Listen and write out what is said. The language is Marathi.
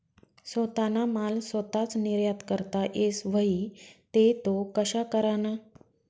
सोताना माल सोताच निर्यात करता येस व्हई ते तो कशा कराना?